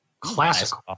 Classic